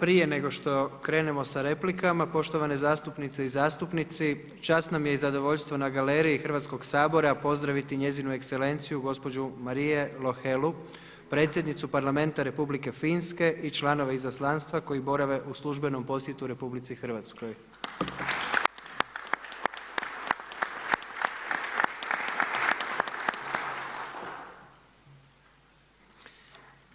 Prije nego što krenemo sa replikama, poštovane zastupnice i zastupnici čast nam je i zadovoljstvo na galeriji Hrvatskog sabora pozdraviti njezinu ekselenciju gospođu Marie Lohelu, predsjednicu parlamenta Republike Finske i članove izaslanstva koji borave u službenom posjetu RH. …